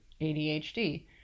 ADHD